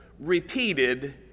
repeated